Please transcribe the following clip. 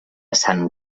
sant